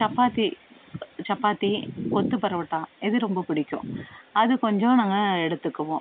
சப்பாத்தி சப்பாத்தி கொத்து பரோட்டா இது ரொம்ப பிடிக்கும் அது கொஞ்சம் நாங்கள் எடுத்துக்குவோம்